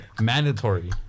Mandatory